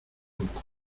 poco